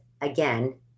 again